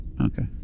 Okay